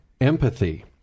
empathy